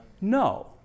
No